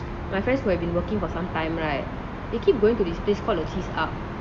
my friends who have been working for some time right they keep going to this place called the cheese ark